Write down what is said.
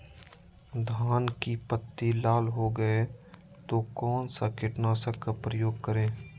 धान की पत्ती लाल हो गए तो कौन सा कीटनाशक का प्रयोग करें?